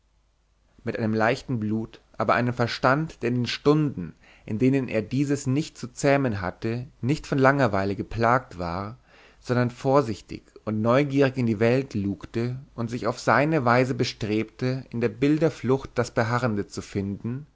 mit einem leichten blut aber einem verstand der in den stunden in denen er dieses nicht zu zähmen hatte nicht von langerweile geplagt war sondern vorsichtig und neugierig in die welt lugte und sich auf seine weise bestrebte in der bilder flucht das beharrende zu finden